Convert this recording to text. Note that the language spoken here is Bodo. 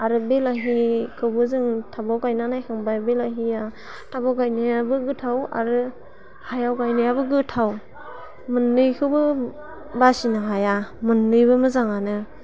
आरो बिलाहिखौबो जों टाबाव गायना नायखांबाय बिलाहिया टाबाव गायनायाबो गोथाव आरो हायाव गायनायाबो गोथाव मोननैखौबो बासिनो हाया मोननैबो मोजाङानो